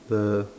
the